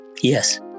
Yes